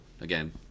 again